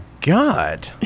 god